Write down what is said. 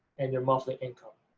and your monthly income,